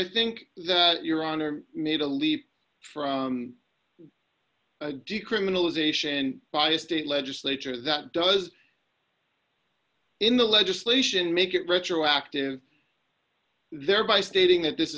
i think that your honor made a leap from a decriminalization by a state legislature that does in the legislation make it retroactive thereby stating that this